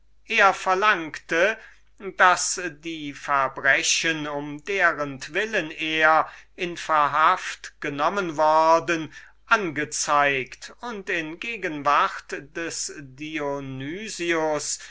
er verlangte daß die verbrechen um derentwillen er in verhaft genommen worden öffentlich angezeigt und in gegenwart des